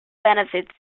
benefits